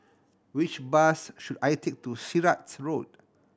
which bus should I take to Sirat Road